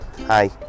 Hi